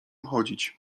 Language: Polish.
chodzić